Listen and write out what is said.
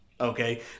okay